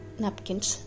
napkins